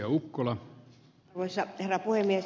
arvoisa herra puhemies